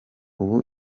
ubu